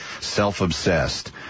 Self-obsessed